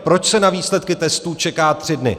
Proč se na výsledky testů čeká tři dny?